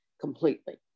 completely